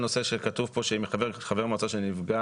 נושא שכתוב כאן שאם חבר מועצה נפגע,